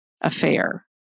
affair